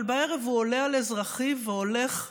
אבל בערב הוא עולה על אזרחי והולך למועדון,